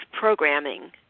programming